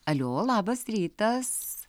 alio labas rytas